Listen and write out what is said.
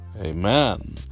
amen